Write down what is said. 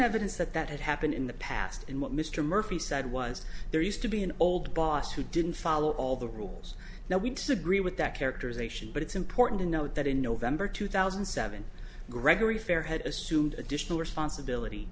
evidence that that had happened in the past and what mr murphy said was there used to be an old boss who didn't follow all the rules now we disagree with that characterization but it's important to note that in november two thousand and seven gregory fare had assumed additional responsibility